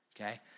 Okay